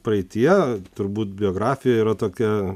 praeityje turbūt biografijoj yra tokia